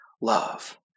love